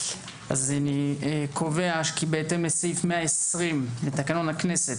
אני קובע כי בהתאם לסעיף 120 לתקנון הכנסת,